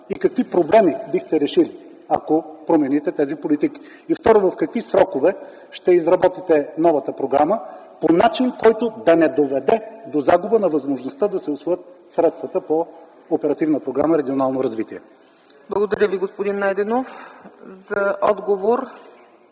и какви проблеми бихте решили, ако промените тези политики? Второ, в какви срокове ще изработите новата програма по начин, който да не доведе до загуба на възможността да се усвоят средствата по Оперативна програма „Регионално развитие”?